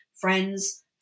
Friends